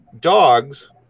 dogs